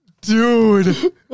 Dude